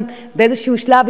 באיזשהו שלב,